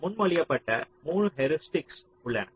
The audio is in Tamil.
முன் மொழியப்பட்ட 3 ஹியூரிஸ்டிக்ஸ் உள்ளன